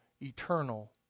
eternal